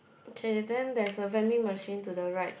okay then there is a vending machine to the right